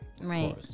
Right